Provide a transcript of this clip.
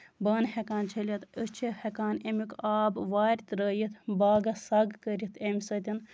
بانہٕ ہٮ۪کان چھٔلِتھ أسۍ چھِ ہٮ۪کان اَمیُک آب وارِ ترٲوِتھ باغَس سَگ کٔرِتھ اَمہِ سۭتۍ